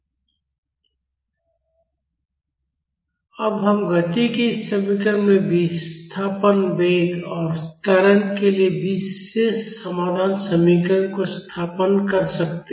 cos sin cos अब हम गति के इस समीकरण में विस्थापन वेग और त्वरण के लिए विशेष समाधान समीकरण को स्थानापन्न कर सकते हैं